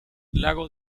lago